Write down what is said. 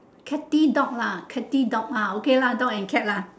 catty dog lah catty dog ah okay lah dog and cat lah